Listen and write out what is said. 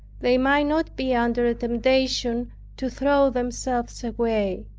they might not be under a temptation to throw themselves away.